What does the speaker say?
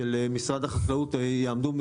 החל משנה הבאה בפני סגירה.